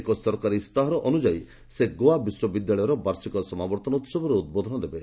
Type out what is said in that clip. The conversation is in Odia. ଏକ ସରକାରୀ ଇସ୍ତାହାର ଅନୁସାରେ ସେ ଗୋଆ ବିଶ୍ୱବିଦ୍ୟାଳୟର ବାର୍ଷିକ ସମାବର୍ତ୍ତନ ଉହବରେ ଉଦ୍ବୋଧନ ଦେବେ